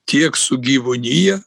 tiek su gyvūnija